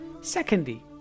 secondly